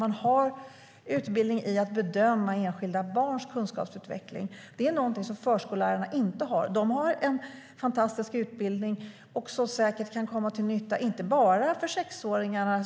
Man har utbildning i att bedöma enskilda barns kunskapsutveckling. Det är något som förskollärarna inte har. De har en fantastisk utbildning som säkert kan komma till nytta, inte bara för sexåringarna.